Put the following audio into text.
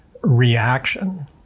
reaction